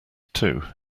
two